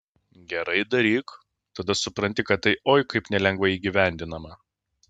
gerai daryk tada supranti kad tai oi kaip nelengvai įgyvendinama